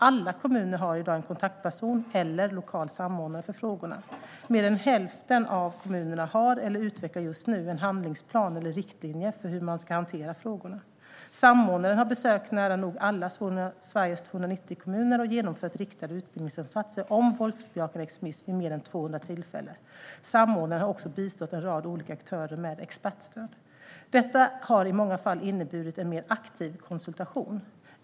Alla kommuner har i dag en kontaktperson eller en lokal samordnare för frågorna. Mer än hälften av kommunerna har, eller utvecklar just nu, en handlingsplan eller riktlinjer för hur man ska hantera frågorna. Samordnaren har besökt nära nog alla Sveriges 290 kommuner och genomfört riktade utbildningsinsatser rörande våldsbejakande extremism vid mer än 200 tillfällen. Samordnaren har också bistått en rad olika aktörer med expertstöd. Detta har i många fall inneburit en mer aktiv konsultation.